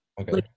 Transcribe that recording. Okay